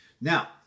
now